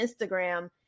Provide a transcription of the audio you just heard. Instagram